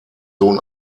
sohn